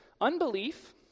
Unbelief